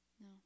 No